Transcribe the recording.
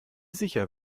sicher